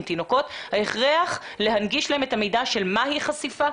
התינוקות וההכרח להנגיש להם את המידע של מהי חשיפה,